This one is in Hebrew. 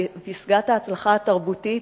בפסגת ההצלחה התרבותית,